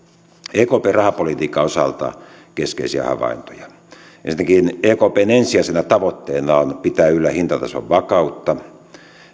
ekpn rahapolitiikan osalta keskeisiä havaintoja ensinnäkin ekpn ensisijaisena tavoitteena on pitää yllä hintatason vakautta